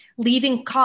leaving